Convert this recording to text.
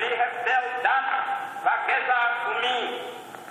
בלי הבדל דת וגזע ומין,